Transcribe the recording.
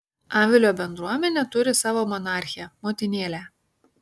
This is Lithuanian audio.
avilio bendruomenė turi savo monarchę motinėlę